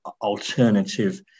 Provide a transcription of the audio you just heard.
alternative